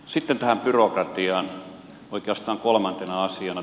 sitten tähän byrokratiaan oikeastaan kolmantena asiana